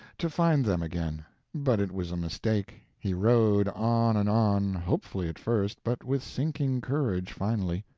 to find them again but it was a mistake. he rode on and on, hopefully at first, but with sinking courage finally.